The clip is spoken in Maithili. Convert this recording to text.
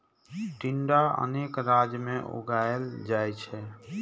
टिंडा अनेक राज्य मे उगाएल जाइ छै